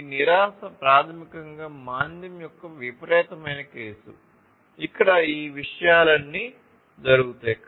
ఈ నిరాశ యొక్క విపరీతమైన కేసు ఇక్కడ ఈ విషయాలన్నీ జరుగుతాయి